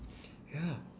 ya